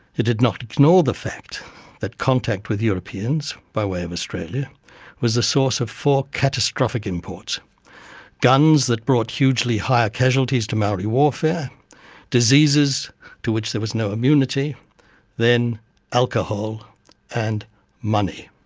it did not ignore the fact that contact with europeans by way of australia was the source of four catastrophic imports guns that brought hugely higher casualties to maori warfare diseases to which there was no immunity then alcohol and money.